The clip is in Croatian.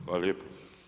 Hvala lijepo.